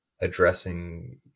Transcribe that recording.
addressing